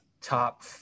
top